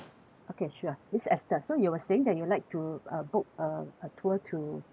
okay sure miss esther so you were saying that you'd like to uh book a a tour to